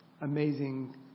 amazing